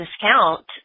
discount